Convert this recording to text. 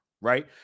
right